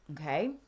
Okay